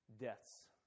deaths